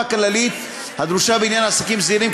כללית הדרושה בעניין עסקים זעירים,